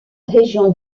région